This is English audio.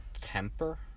Temper